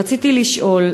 רציתי לשאול: